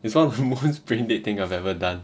it's one of the most brain dead thing I've ever done